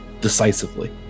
decisively